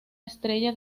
estrella